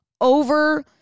over